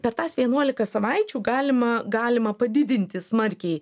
per tas vienuolika savaičių galima galima padidinti smarkiai